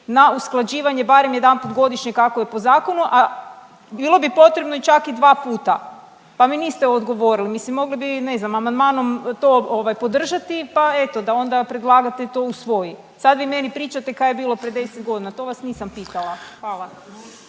na usklađivanje barem jedanput godišnje kako je po zakonu, a bilo bi potrebno i čak i dva puta, pa mi niste odgovorili. Mislim mogli bi ne znam amandmanom to ovaj podržati, pa eto da onda predlagatelj to usvoji. Sad vi meni pričate kaj je bilo prije 10 godina. To vas nisam pitala. Hvala.